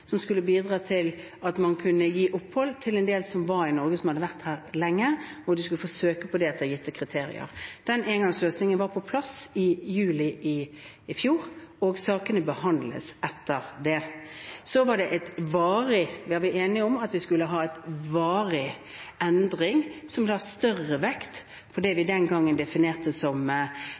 som skulle bidra til at man kunne gi opphold til en del som var i Norge, som hadde vært her lenge, hvor de skulle få søke om det etter gitte kriterier. Den engangsløsningen var på plass i juli i fjor, og sakene behandles etter det. Så var vi enige om at vi skulle ha en varig endring som la større vekt på det vi den gangen definerte som